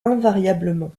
invariablement